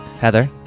Heather